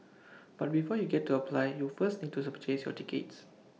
but before you get to apply you first need to sir purchase your tickets